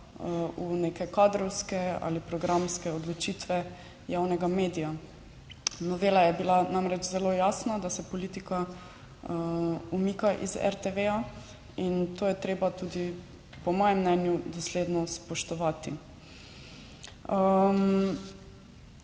v neke kadrovske ali programske odločitve javnega medija. Novela je bila namreč zelo jasna, da se politika umika iz RTV in to je treba tudi, po mojem mnenju, dosledno spoštovati.